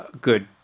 good